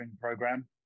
program